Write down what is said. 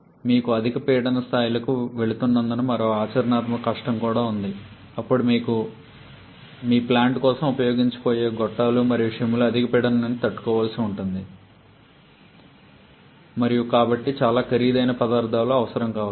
మీకు అధిక పీడన స్థాయిలకు వెళుతున్నందున మరొక ఆచరణాత్మక కష్టం కూడా ఉంది అప్పుడు మీకు మీ ప్లాంట్ కోసం ఉపయోగించబోయే గొట్టాలు మరియు షిమ్లు అధిక పీడనం ని తట్టుకోవలసి ఉంటుంది మరియు కాబట్టి మీకు చాలా ఖరీదైన పదార్థాలు అవసరం కావచ్చు